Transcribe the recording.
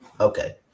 Okay